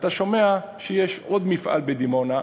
אתה שומע שיש עוד מפעל בדימונה,